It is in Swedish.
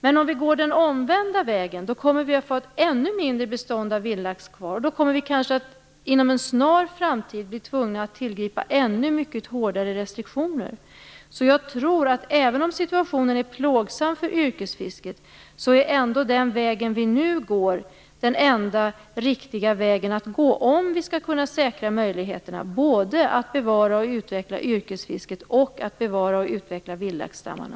Men om vi går den omvända vägen kommer vi att få ett ännu mindre bestånd av vildlax kvar, och då kommer vi kanske inom en snar framtid att bli tvungna att tillgripa ännu mycket hårdare restriktioner. Även om situationen är plågsam för yrkesfisket tror jag att den väg vi nu går är den enda riktiga vägen att gå om vi skall kunna säkra möjligheterna både att bevara och utveckla yrkesfisket och att bevara och utveckla vildlaxstammarna.